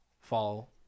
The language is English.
fall